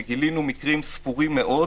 וגילינו מקרים ספורים מאוד